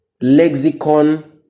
lexicon